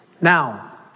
Now